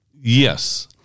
Yes